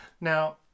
Now